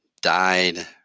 died